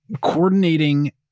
Coordinating